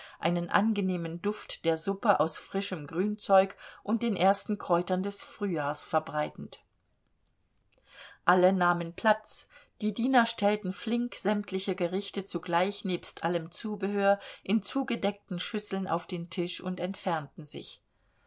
einen angenehmen duft der suppe aus frischem grünzeug und den ersten kräutern des frühjahrs verbreitend alle nahmen platz die diener stellten flink sämtliche gerichte zugleich nebst allem zubehör in zugedeckten schüsseln auf den tisch und entfernten sich